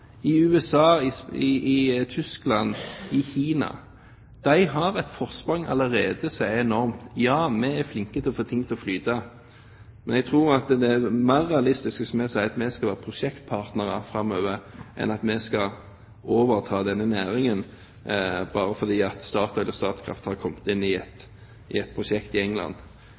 I USA, i Tyskland og i Kina har de allerede et enormt forsprang. Ja, vi er flinke til å få ting til å flyte, men jeg tror det er mer realistisk hvis vi sier at vi skal være mer prosjektpartnere framover enn at vi skal overta denne næringen bare fordi Statoil og Statkraft har kommet inn i et prosjekt i England.